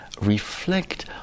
reflect